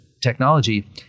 technology